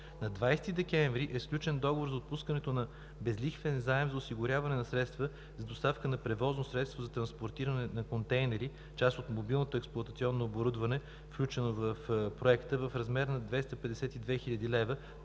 На 20 декември е сключен договор за отпускането на безлихвен заем за осигуряване на средства за доставка на превозно средство за транспортиране на контейнери – част от мобилното експлоатационно оборудване, включено в Проекта, в размер на 252 хил. лв.,